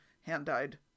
hand-dyed